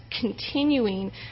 continuing